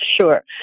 Sure